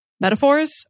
metaphors